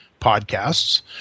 podcasts